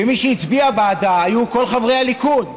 ומי שהצביעו בעדה היו כל חברי הליכוד,